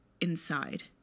inside